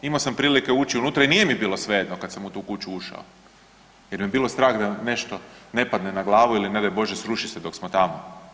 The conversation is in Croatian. Imao sam prilike ući unutra i nije mi bilo svejedno kad sam u tu kuću ušao, jer me je bilo strah da mi nešto ne padne na glavu ili ne daj Bože sruši se dok smo tamo.